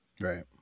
right